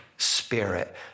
Spirit